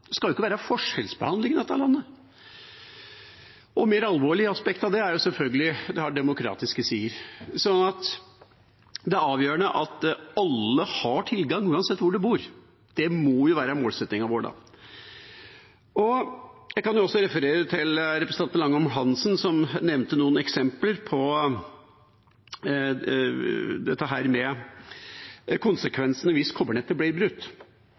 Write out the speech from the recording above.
skal jo ikke være forskjellsbehandling i dette landet. Et mer alvorlig aspekt av det er selvfølgelig at det har demokratiske sider. Det er avgjørende at alle har tilgang, uansett hvor de bor. Det må jo være målsettingen vår. Jeg kan også referere til representanten Øystein Langholm Hansen, som nevnte noen eksempler på konsekvensene hvis kobbernettet blir brutt.